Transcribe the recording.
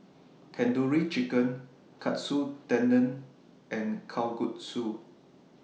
Tandoori Chicken Katsu Tendon and Kalguksu